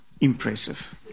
impressive